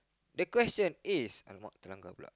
the question is alamak terlanggar pulak